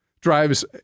Drives